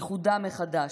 איחודם מחדש,